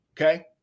okay